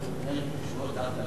קשורות דווקא לדיור.